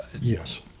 Yes